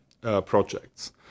projects